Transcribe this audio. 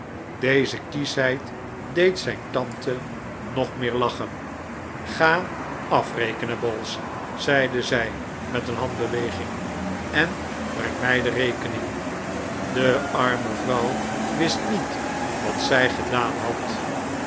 deze kieschheid deed zijn tante nog meer lachen ga afrekenen bowls zeide zij met een handbeweging en breng mij de rekening de arme vrouw wist niet wat zij gedaan had